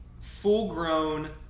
full-grown